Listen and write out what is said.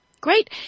Great